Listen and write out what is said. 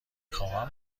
خواهم